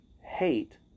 hate